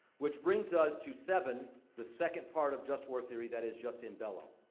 which brings us to seven the second part of just war theory, that is jus in bello.